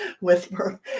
whisper